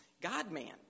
God-man